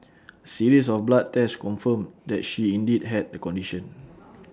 A series of blood tests confirmed that she indeed had the condition